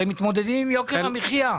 הרי מתמודדים עם יוקר המחייה.